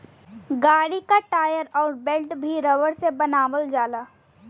गाड़ी क टायर अउर बेल्ट भी रबर से बनावल जाला